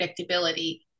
predictability